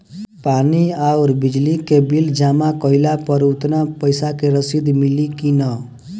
पानी आउरबिजली के बिल जमा कईला पर उतना पईसा के रसिद मिली की न?